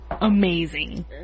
amazing